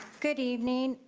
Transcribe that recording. good evening.